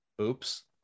oops